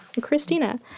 christina